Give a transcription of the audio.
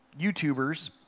YouTubers